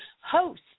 host